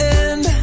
end